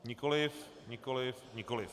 Nikoliv, nikoliv, nikoliv.